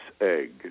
egg